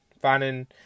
finding